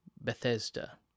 Bethesda